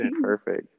perfect